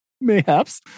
Mayhaps